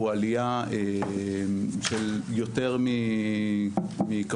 הוא עלייה של יותר מכפול,